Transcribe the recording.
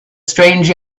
strange